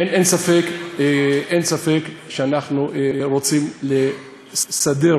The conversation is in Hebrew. אין ספק שאנחנו רוצים לסדר,